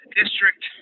district